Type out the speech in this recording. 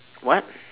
what